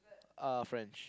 uh French